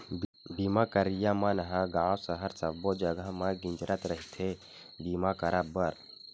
बीमा करइया मन ह गाँव सहर सब्बो जगा म गिंजरत रहिथे बीमा करब बर